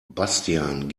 bastian